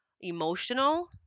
Emotional